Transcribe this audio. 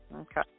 Okay